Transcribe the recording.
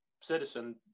citizen